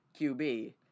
QB